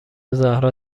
زهرا